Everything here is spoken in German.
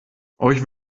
euch